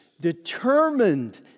determined